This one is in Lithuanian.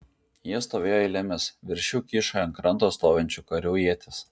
jie stovėjo eilėmis virš jų kyšojo ant kranto stovinčių karių ietys